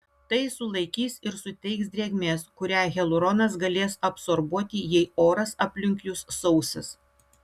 tai sulaikys ir suteiks drėgmės kurią hialuronas galės absorbuoti jei oras aplink jus sausas